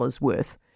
worth